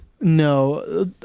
No